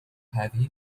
هذه